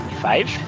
five